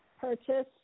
purchase